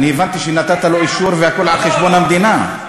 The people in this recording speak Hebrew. הבנתי שנתת לו אישור, והכול על חשבון המדינה.